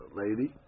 lady